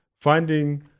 Finding